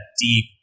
deep